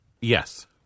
Yes